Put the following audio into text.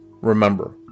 remember